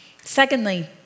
Secondly